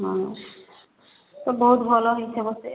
ହଁ ତ ବହୁତ ଭଲ ହୋଇଥିବ ସିଏ